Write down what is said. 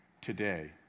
today